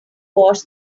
wash